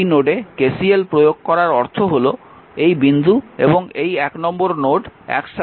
এই নোডে KCL প্রয়োগ করার অর্থ হল এই বিন্দু এবং এই 1 নম্বর নোড একসাথে